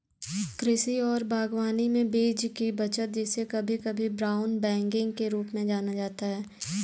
कृषि और बागवानी में बीज की बचत जिसे कभी कभी ब्राउन बैगिंग के रूप में जाना जाता है